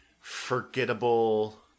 forgettable